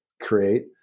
create